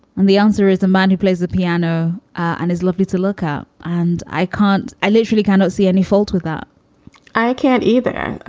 and the answer is a man who plays the piano and is lovely to look up. and i can't i literally cannot see any fault with that i can't either.